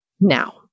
Now